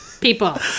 people